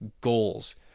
goals